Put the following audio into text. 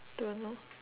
don't know